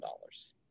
dollars